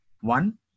One